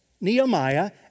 Nehemiah